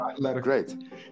great